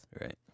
Right